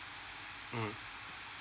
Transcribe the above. mmhmm